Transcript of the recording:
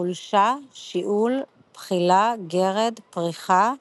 חולשה, שיעול, בחילה, גרד, פריחה עורית,